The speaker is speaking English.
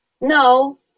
no